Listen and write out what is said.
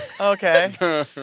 Okay